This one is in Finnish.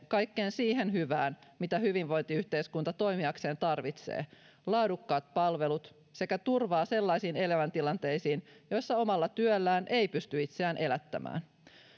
kaikkeen siihen hyvään mitä hyvinvointiyhteiskunta toimiakseen tarvitsee laadukkaat palvelut sekä turvaa sellaisiin elämäntilanteisiin joissa omalla työllään ei pysty itseään elättämään